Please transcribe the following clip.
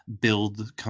build